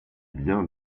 biens